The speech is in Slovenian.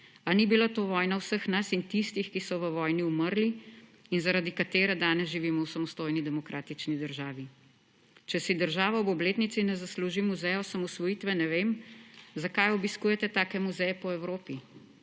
Ali ni bila to vojna vseh nas in tistih, ki so v vojni umrli, in zaradi katere danes živimo v samostojni demokratični državi? Če si država ob obletnici ne zasluži Muzeja osamosvojitve, ne vem, zakaj obiskujete take muzeje po Evropi?